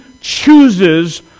chooses